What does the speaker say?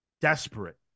desperate